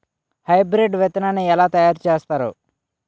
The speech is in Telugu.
హైబ్రిడ్ విత్తనాన్ని ఏలా తయారు చేస్తారు?